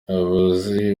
abayobozi